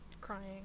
crying